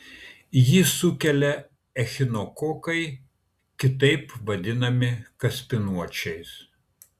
jį sukelia echinokokai kitaip vadinami kaspinuočiais